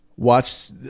Watch